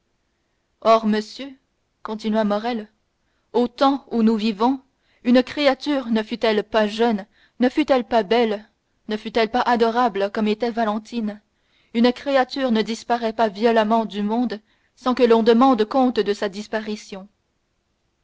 monsieur continua morrel au temps où nous vivons une créature ne fût-elle pas jeune ne fût-elle pas belle ne fût-elle pas adorable comme était valentine une créature ne disparaît pas violemment du monde sans que l'on demande compte de sa disparition